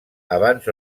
abans